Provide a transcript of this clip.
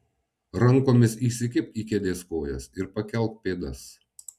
rankomis įsikibk į kėdės kojas ir pakelk pėdas